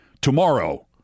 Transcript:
tomorrow